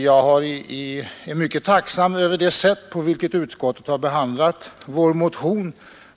Jag är mycket tacksam över det sätt på vilket utskottet har behandlat vår motion.